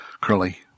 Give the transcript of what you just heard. curly